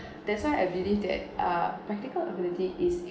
that's why I believe that uh practical ability is